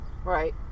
Right